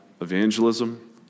evangelism